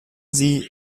sie